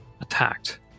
attacked